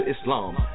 Islam